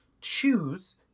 choose